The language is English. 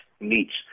meats